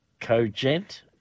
Cogent